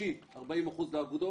באישי 40%, בקבוצתי,